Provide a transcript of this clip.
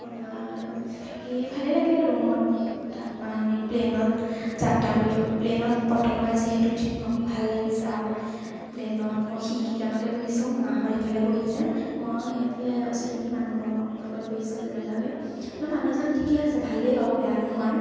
আৰু থাকি ভালেই লাগিলে ৰুমত তাৰপৰা আমি প্লেনত যাত্ৰা কৰিলোঁ প্লেনত প্ৰথমবাৰ যিহেতু উঠিম ন' ভাল লাগিছে আৰু প্লেনত মই খিৰিকী কাণতে বহিছোঁ মাহঁত ইফালে বহিছে মই এইফালে অচিনাকি মানুহৰ লগত বহিছোঁ যেনিবাকে অলপ মানুহজন ঠিকেই আছে ভালেই বাৰু বেয়া নহয়